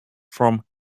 from